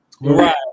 Right